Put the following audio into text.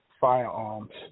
firearms